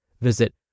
Visit